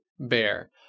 bear